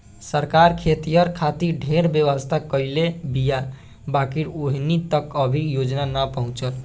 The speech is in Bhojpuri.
सरकार खेतिहर खातिर ढेरे व्यवस्था करले बीया बाकिर ओहनि तक अभी योजना ना पहुचल